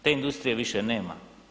Te industrije više nema.